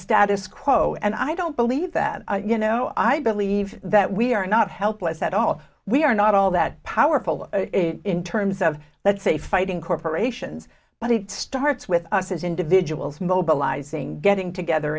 status quo and i don't believe that you know i believe that we are not helpless at all we are not all that powerful in terms of let's say fighting corporations but it starts with us as individuals mobilizing getting together